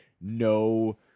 no